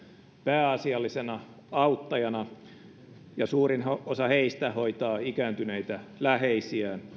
pääasiallisena auttajana ja suurin osa heistä hoitaa ikääntyneitä läheisiään